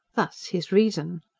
thus his reason.